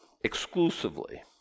exclusively